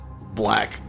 black